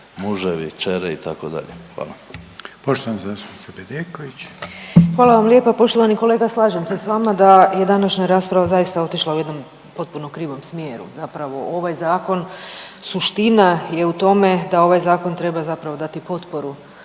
zastupnica Bedeković. **Bedeković, Vesna (HDZ)** Hvala vam lijepa. Poštovani kolega slažem se sa vama da je današnja rasprava zaista otišla u jednom potpuno krivom smjeru. Zapravo ovaj zakon suština je u tome da ovaj zakon treba zapravo dati potporu,